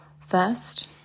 First